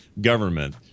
government